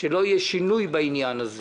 שלא יהיה שינוי בעניין הזה.